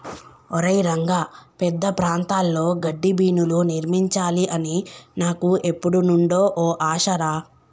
ఒరై రంగ పెద్ద ప్రాంతాల్లో గడ్డిబీనులు నిర్మించాలి అని నాకు ఎప్పుడు నుండో ఓ ఆశ రా